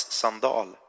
sandal